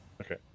okay